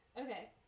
Okay